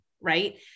right